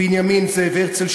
בנימין זאב הרצל,